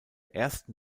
ersten